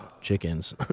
chickens